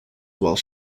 while